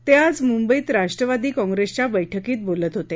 ते आज मुंबईत राष्ट्रवादी काँप्रेसच्या बैठकीत बोलत होते